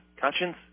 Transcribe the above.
Conscience